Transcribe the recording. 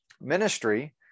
ministry